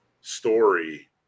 story